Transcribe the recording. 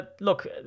look